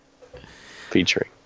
featuring